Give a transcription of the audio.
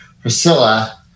Priscilla